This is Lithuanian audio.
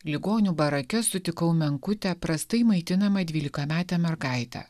ligonių barake sutikau menkutę prastai maitinamą dvylikametę mergaitę